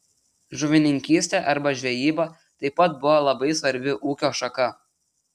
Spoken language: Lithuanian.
žuvininkystė arba žvejyba taip pat buvo labai svarbi ūkio šaka